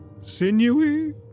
sinewy